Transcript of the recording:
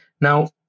Now